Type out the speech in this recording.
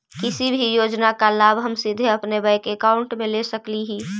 किसी भी योजना का लाभ हम सीधे अपने बैंक अकाउंट में ले सकली ही?